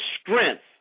strength